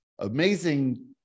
amazing